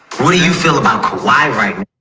what do you feel about my right?